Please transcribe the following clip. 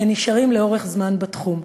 שנשארים לאורך זמן בתחום.